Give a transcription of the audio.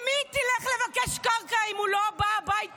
עם מי היא תלך לבקש קרקע, אם הוא לא בא הביתה?